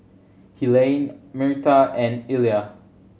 Helaine Myrta and Illya